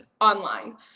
online